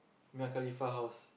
Mia-Khalifah house